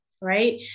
right